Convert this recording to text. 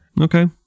Okay